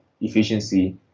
efficiency